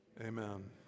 Amen